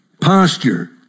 posture